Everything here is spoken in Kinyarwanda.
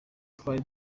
twari